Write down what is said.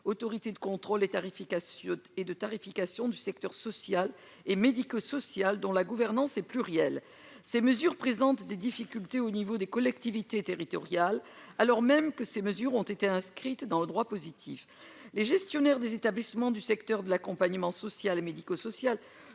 tarification et de tarification du secteur social et médico-social dont la gouvernance est pluriel, ces mesures présentent des difficultés au niveau des collectivités territoriales, alors même que ces mesures ont été inscrites dans le droit positif, les gestionnaires des établissements du secteur de l'accompagnement social et médico-social